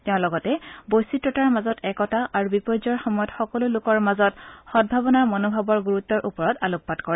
তেওঁ লগতে বৈচিত্ৰতাৰ মাজত একতা আৰু বিপৰ্যৰ সময়ত সকলো লোকৰ মাজত সভাৱনাৰ মনোভাৱৰ গুৰুত্বৰ ওপৰত আলোকপাত কৰে